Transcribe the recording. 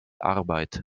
arbeit